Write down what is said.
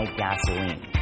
gasoline